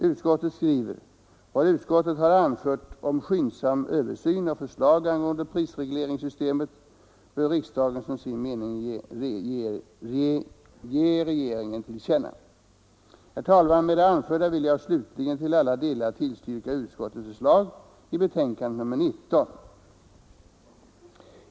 Utskottet skriver: ”Vad utskottet har anfört om skyndsam översyn och förslag angående prisregleringssystemet bör riksdagen som sin mening ge regeringen till känna.” Herr talman! Med det anförda vill jag till alla delar yrka bifall till vad utskottet hemställt i betänkandet nr 19.